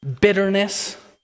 bitterness